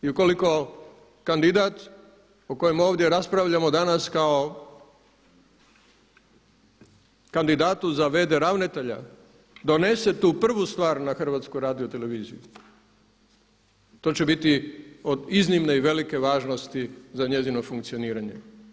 I ukoliko kandidat o kojem ovdje raspravljamo danas kao kandidatu za v.d. ravnatelja donese tu prvu stvar na HRT to će biti od iznimne i velike važnosti za njezino funkcioniranje.